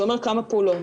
זה אומר כמה פעולות.